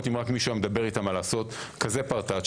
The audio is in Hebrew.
אם מישהו היה מדבר איתם לעשות כזה פאר טאץ'